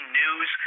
news